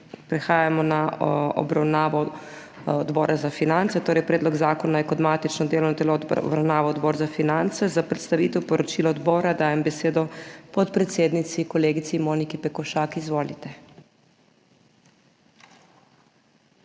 Prehajamo na obravnavo Odbora za finance, torej predlog zakona je kot matično delovno telo obravnaval Odbor za finance. Za predstavitev poročila odbora dajem besedo podpredsednici, kolegici Moniki Pekošak. Izvolite.